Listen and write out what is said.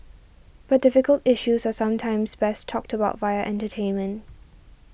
but difficult issues are sometimes best talked about via entertainment